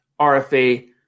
RFA